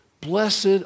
Blessed